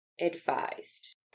advised